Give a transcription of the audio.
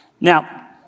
Now